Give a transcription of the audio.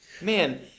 Man